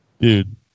Dude